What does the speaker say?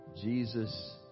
Jesus